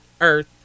earth